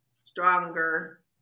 stronger